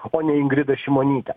ponią ingridą šimonytę